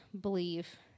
believe